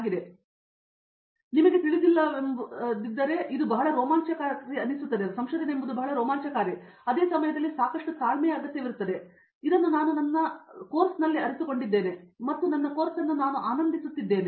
ಇದು ಕೇವಲ ನಿಮಗೆ ತಿಳಿದಿಲ್ಲವೆಂಬುದು ಬಹಳ ರೋಮಾಂಚಕಾರಿ ಏನನ್ನಾದರೂ ಮಾಡುತ್ತಿದೆ ಎಂಬುದು ತಿಳಿದಿದೆ ಆದರೆ ಅದೇ ಸಮಯದಲ್ಲಿ ಸಾಕಷ್ಟು ತಾಳ್ಮೆ ಅಗತ್ಯವಿರುತ್ತದೆ ಇದು ನಾನು ಸಮಯದ ಕೋರ್ಸ್ನಲ್ಲಿ ಅರಿತುಕೊಂಡಿದ್ದೇನೆ ಮತ್ತು ನಾನು ಇದನ್ನು ಆನಂದಿಸುತ್ತಿದ್ದೇನೆ